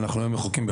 אנחנו היום --- בחוק.